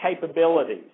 capabilities